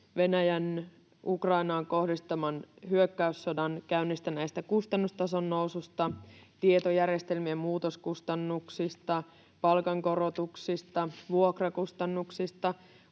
Venäjän Ukrainaan kohdistaman hyökkäyssodan käynnistämästä kustannustason noususta, tietojärjestelmien muutoskustannuksista, palkankorotuksista, vuokrakustannuksista,